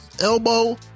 elbow